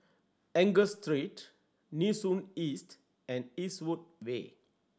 Angus Street Nee Soon East and Eastwood Way